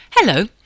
Hello